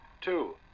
Two